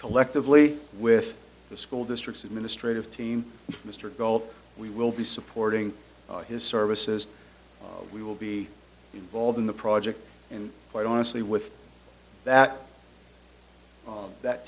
collectively with the school districts administrative team mr gold we will be supporting his services we will be involved in the project and quite honestly with that on that